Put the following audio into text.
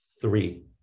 three